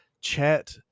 chat